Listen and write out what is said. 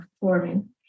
forming